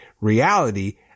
reality